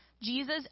Jesus